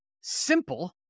simple